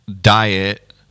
diet